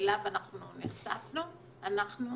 שאליו אנחנו נחשפנו, אנחנו